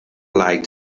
light